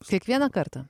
kiekvieną kartą